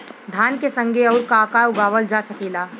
धान के संगे आऊर का का उगावल जा सकेला?